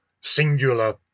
singular